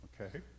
okay